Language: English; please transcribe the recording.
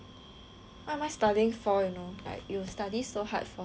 what am I studying for you know like you study so hard for something